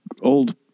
old